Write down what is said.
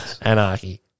Anarchy